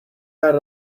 out